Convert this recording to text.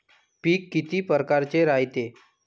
पिकं किती परकारचे रायते?